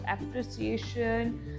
appreciation